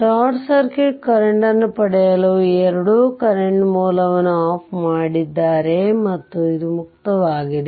short circuit current ನ್ನು ಪಡೆಯಲು ಈ ಎರಡು ಕರೆಂಟ್ ಮೂಲವನ್ನು ಆಫ್ ಮಾಡಿದ್ದಾರೆ ಮತ್ತು ಇದು ಮುಕ್ತವಾಗಿದೆ